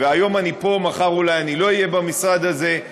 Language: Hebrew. והיום אני פה ומחר אני אולי לא אהיה במשרד הזה,